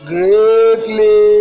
Greatly